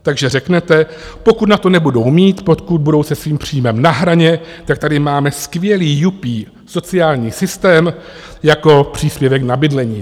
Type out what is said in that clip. Takže řeknete, pokud na to nebudou mít, pokud budou se svým příjmem na hraně, tak tady máme skvělý jupí sociální systém jako příspěvek na bydlení.